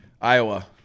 Iowa